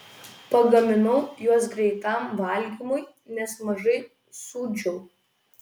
pagaminau juos greitam valgymui nes mažai sūdžiau